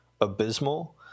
abysmal